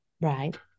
Right